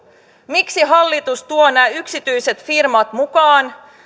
miksi hallitus tuo nämä yksityiset firmat mukaan